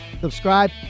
Subscribe